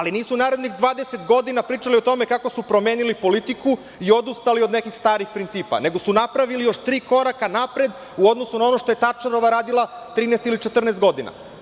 Nisu narednih 20 godina pričali o tome kako su promenili politiku i odustali od nekih starih principa, nego su napravili još tri koraka napred u odnosu na ono što je Tačerova radila 13 ili 14 godina.